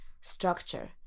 structure